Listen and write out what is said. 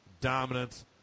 dominance